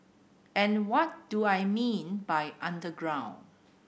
and what do I mean by underground